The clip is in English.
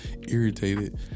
irritated